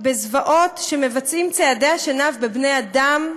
בזוועות שציידי השנהב מבצעים בבני אדם,